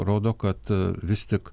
rodo kad vis tik